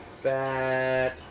fat